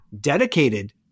dedicated